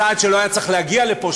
צעד שלא היה צריך להגיע לפה,